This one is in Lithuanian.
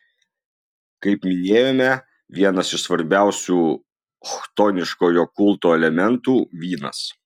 kaip minėjome vienas iš svarbiausių chtoniškojo kulto elementų vynas